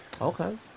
Okay